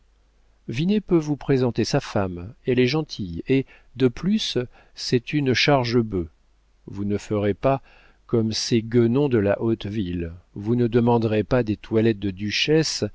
vinet peut vous présenter sa femme elle est gentille et de plus c'est une chargebœuf vous ne ferez pas comme ces guenons de la haute ville vous ne demanderez pas des toilettes de duchesse